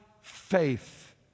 faith